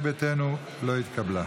לא התקבלה.